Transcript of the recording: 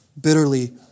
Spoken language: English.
Bitterly